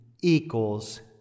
equals